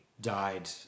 died